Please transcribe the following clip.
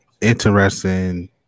interesting